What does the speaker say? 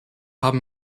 haben